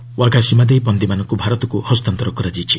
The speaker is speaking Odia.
ଓ୍ୱାଘା ସୀମା ଦେଇ ବନ୍ଦୀମାନଙ୍କୁ ଭାରତକୁ ହସ୍ତାନ୍ତର କରାଯାଇଛି